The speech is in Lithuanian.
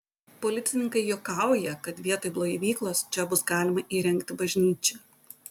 policininkai juokauja kad vietoj blaivyklos čia bus galima įrengti bažnyčią